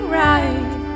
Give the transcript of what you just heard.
right